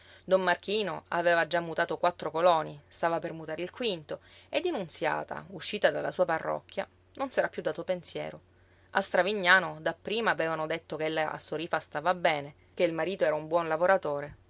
don marchino aveva già mutato quattro coloni stava per mutare il quinto e di nunziata uscita dalla sua parrocchia non s'era piú dato pensiero a stravignano dapprima avevano detto ch'ella a sorífa stava bene che il marito era un buon lavoratore